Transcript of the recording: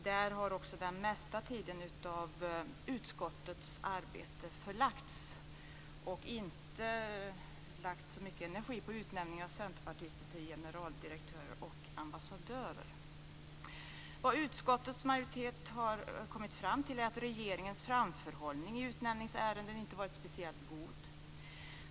Där har också den mesta tiden av utskottets arbete förlagts, och man har inte lagt så mycket energi på utnämningen av centerpartister till generaldirektörer och ambassadörer. Vad utskottets majoritet har kommit fram till är att regeringens framförhållning i utnämningsärenden inte varit speciellt god.